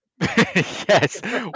Yes